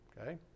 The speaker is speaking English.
okay